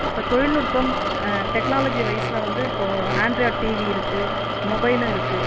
இப்போது தொழில்நுட்பம் டெக்னாலஜிவைஸில் வந்து இப்போது ஆண்ட்ராய்டு டிவி இருக்கு மொபைலும் இருக்கு